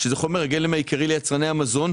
שזה חומר הגלם העיקרי ליצרני המזון,